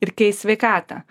ir keis sveikatą